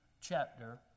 chapter